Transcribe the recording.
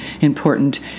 important